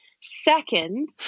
Second